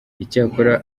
icyakora